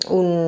un